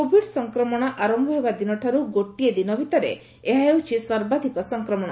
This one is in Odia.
କୋଭିଡ୍ ସଂକ୍ରମଣ ଆରମ୍ଭ ହେବା ଦିନଠାର୍ ଗୋଟିଏ ଦିନ ଭିତରେ ଏହା ହେଉଛି ସର୍ବାଧକ ସଂକ୍ରମଣ